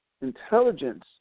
intelligence